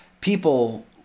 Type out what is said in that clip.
people